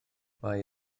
mae